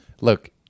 Look